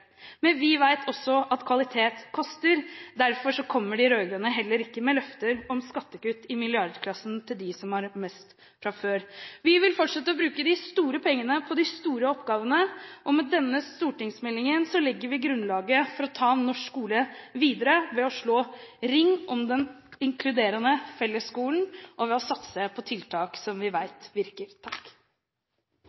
Men vi vet også at kvalitet koster, og derfor kommer de rød-grønne heller ikke med løfter om skattekutt i milliardklassen til dem som har mest fra før. Vi vil fortsette å bruke de store pengene på de store oppgavene. Med denne stortingsmeldingen legger vi grunnlaget for å ta norsk skole videre ved å slå ring om den inkluderende fellesskolen og ved å satse på tiltak som vi